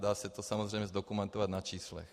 Dá se to samozřejmě zdokumentovat na číslech.